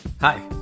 Hi